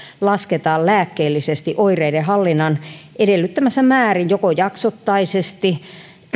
lasketaan lääkkeellisesti oireiden hallinnan edellyttämässä määrin joko jaksottaisesti